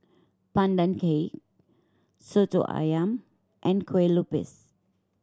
Pandan Cake Soto Ayam and kue lupis